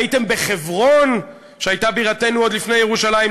הייתם בחברון שהייתה בירתנו עוד לפני ירושלים,